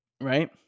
right